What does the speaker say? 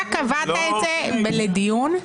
היה פה דיון,